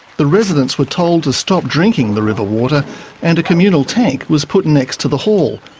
the residents were told to stop drinking the river water and a communal tank was put next to the hall.